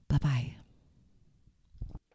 bye-bye